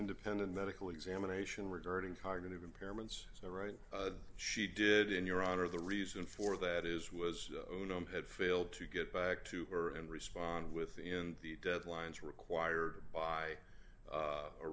independent medical examination regarding cognitive impairments so right she did in your honor the reason for that is was only had failed to get back to her and respond within the deadlines required by